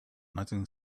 nothing